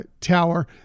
tower